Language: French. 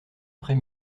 après